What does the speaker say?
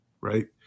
Right